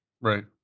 Right